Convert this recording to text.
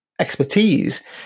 expertise